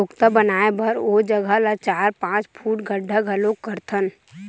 सोख्ता बनाए बर ओ जघा ल चार, पाँच फूट गड्ढ़ा घलोक करथन